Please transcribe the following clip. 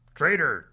traitor